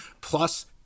plus